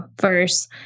first